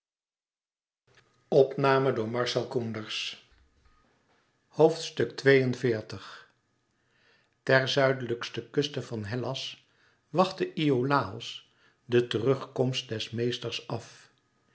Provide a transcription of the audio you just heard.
ter zuidelijkste kuste van hellas wachtte iolàos den terugkomst des meesters af